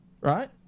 right